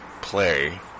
play